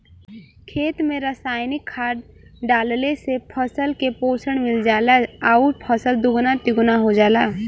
खेत में रासायनिक खाद डालले से फसल के पोषण मिल जाला आउर फसल दुगुना तिगुना हो जाला